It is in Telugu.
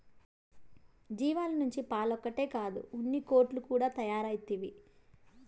జీవాల నుంచి పాలొక్కటే కాదు ఉన్నికోట్లు కూడా తయారైతవి